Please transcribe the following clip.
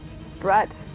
strut